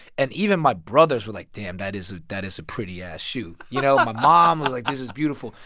and even my brothers were like, damn, that is a that is a pretty-ass shoe, you know? my mom was like, this is beautiful.